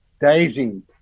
Daisy